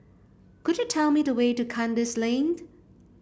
could you tell me the way to Kandis Lane